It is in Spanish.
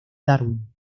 darwin